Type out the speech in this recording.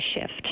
shift